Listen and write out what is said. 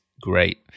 great